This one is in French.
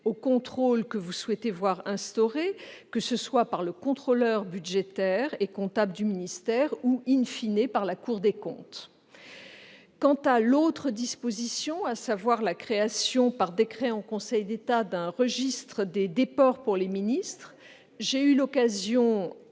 au contrôle que vous souhaitez voir instaurer, que ce soit par le contrôleur budgétaire et comptable du ministère ou,, par la Cour des comptes. Quant à la création par décret en Conseil d'État d'un registre des déports pour les ministres, j'ai eu l'occasion